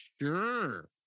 sure